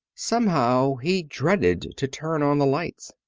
somehow he dreaded to turn on the lights.